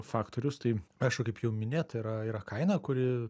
faktorius tai aišku kaip jau minėta yra yra kaina kuri